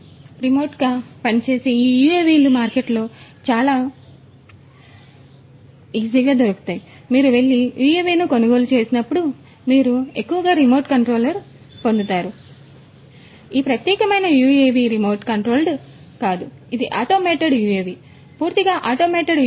మరియు రిమోట్గా పనిచేసే ఈ యుఎవిలు మార్కెట్లో చాలా సాధారణం మీరు వెళ్లి యుఎవిని కొనుగోలు చేసినప్పుడు మీరు ఎక్కువగా రిమోట్ కంట్రోల్ను పొందుతారు కాబట్టి ఈ ప్రత్యేకమైన UAV రిమోట్ కంట్రోల్డ్ కాదు ఇది ఆటోమేటెడ్ UAV పూర్తిగా ఆటోమేటెడ్ UAV